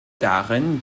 darin